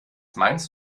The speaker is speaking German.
meinst